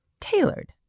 tailored